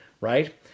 right